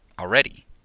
already